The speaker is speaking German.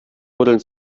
buddeln